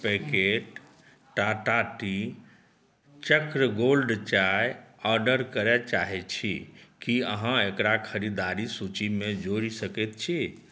packet Tata tea Chakra gold चाय order करय चाहै छी की अहाँ एकरा खरीदारि सूचीमे जोड़ि सकैत छी